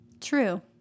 true